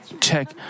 check